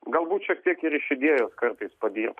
galbūt šiek tiek ir iš idėjos kartais padirbt